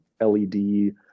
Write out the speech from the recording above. LED